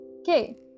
Okay